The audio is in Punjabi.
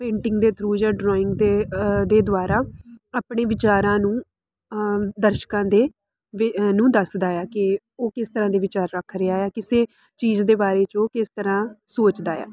ਪੇਂਟਿੰਗ ਦੇ ਥਰੂ ਜਾਂ ਡਰਾਇੰਗ ਦੇ ਦੇ ਦੁਆਰਾ ਆਪਣੇ ਵਿਚਾਰਾਂ ਨੂੰ ਦਰਸ਼ਕਾਂ ਦੇ ਵਿ ਦੇ ਨੂੰ ਦੱਸਦਾ ਆ ਕਿ ਉਹ ਕਿਸ ਤਰ੍ਹਾਂ ਦੀ ਵਿਚਾਰ ਰੱਖ ਰਿਹਾ ਹੈ ਕਿਸੇ ਚੀਜ਼ ਦੇ ਬਾਰੇ ਜੋ ਕਿਸ ਤਰ੍ਹਾਂ ਸੋਚਦਾ ਆ